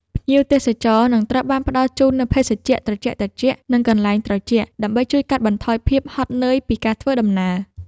ភ្ញៀវទេសចរនឹងត្រូវបានផ្ដល់ជូននូវភេសជ្ជៈត្រជាក់ៗ និងកន្សែងត្រជាក់ ដើម្បីជួយកាត់បន្ថយភាពហត់នឿយពីការធ្វើដំណើរ។